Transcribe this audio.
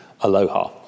Aloha